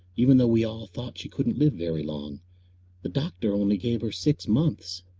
even though we all thought she couldn't live very long the doctor only gave her six months.